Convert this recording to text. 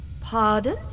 Pardon